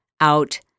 out